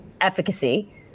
efficacy